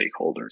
stakeholders